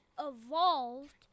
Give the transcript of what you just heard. evolved